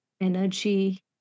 energy